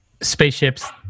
spaceships